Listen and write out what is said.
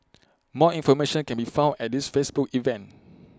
more information can be found at this Facebook event